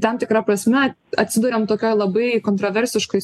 tam tikra prasme atsiduriam tokioj labai kontroversiškoj